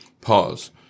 Pause